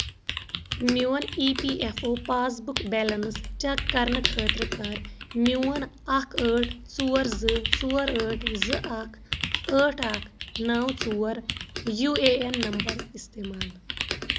میون E P F O passbook balance check کرنہٕ خٲطرٕ کر میون اکھ ٲٹھ ژور زٕ ژور ٲٹھ زٕ اکھ ٲٹھ اکھ نو ژور یو اے این نمبر استعمال